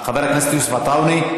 חבר הכנסת יוסף עטאונה.